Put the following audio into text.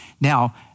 Now